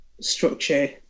structure